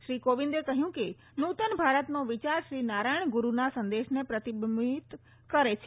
શ્રી કોવિન્દે કહ્યું કે નૂતન ભારતનો વિચાર શ્રી નારાયણ ગુરૂના સંદેશને પ્રતિબિબિંત કરે છે